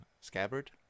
Scabbard